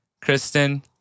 Kristen